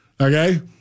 Okay